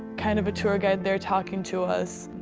kind of a tour guide there talking to us.